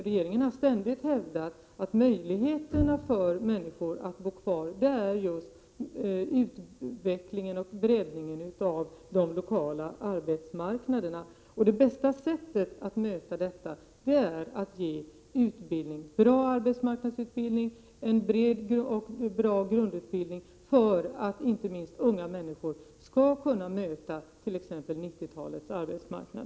Regeringen har ständigt hävdat att möjligheterna för människor att bo kvar skapas genom utveckling och breddning av de lokala arbetsmarknaderna. Det bästa sättet att göra detta är att ge utbildning — en bra arbetsmarknadsutbildning och en bred grundutbildning — för att inte minst unga människor skall kunna möta t.ex. 90-talets arbetsmarknad.